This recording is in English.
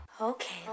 Okay